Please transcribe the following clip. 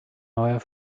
neuer